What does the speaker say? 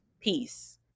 peace